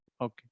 Okay